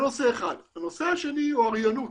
הנושא השני זה אוריינות,